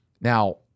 Now